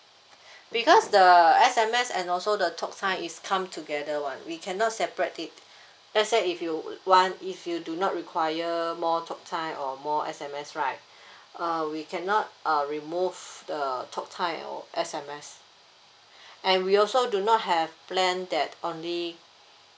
because the S_M_S and also the talk time is come together [one] we cannot separate it let's say if you want if you do not require more talk time or more S_M_S right uh we cannot err remove the talk time or S_M_S and we also do not have plan that only